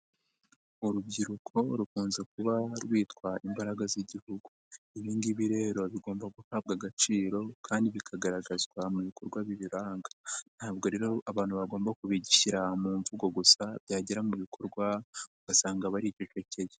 Urubyiruko rukunze kuba rwitwa imbaraga z'igihugu. Ibi ngibi rero bigomba guhabwa agaciro kandi bikagaragazwa mu bikorwa bibiranga. Ntabwo rero abantu bagomba kubishyira mu mvugo gusa, byagera mu bikorwa ugasanga baricecekeye.